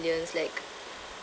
like